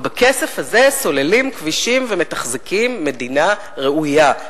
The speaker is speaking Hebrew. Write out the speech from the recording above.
ובכסף הזה סוללים כבישים ומתחזקים מדינה ראויה,